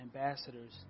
ambassadors